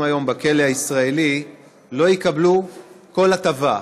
היום בכלא הישראלי לא יקבלו כל הטבה?